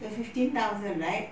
the fifteen thousand right